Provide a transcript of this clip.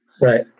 right